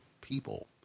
people